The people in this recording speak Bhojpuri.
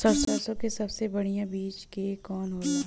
सरसों क सबसे बढ़िया बिज के कवन होला?